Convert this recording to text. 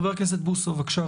חבר הכנסת בוסו, בבקשה.